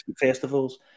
festivals